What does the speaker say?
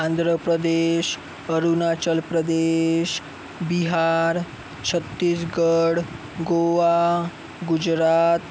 Andhra Pradesh Arunachal Pradesh Bihar Chhattisgarh Goa Gujarat